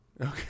Okay